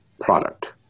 product